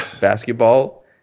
basketball